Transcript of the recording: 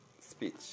speech